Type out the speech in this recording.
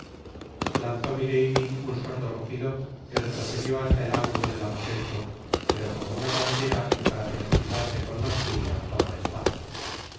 lanzó miudy un sordo rujidp y retrocedió basta el yugulo del aposento pero como ana pantera que par precipitarse con mas furia toma espacio